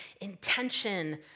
intention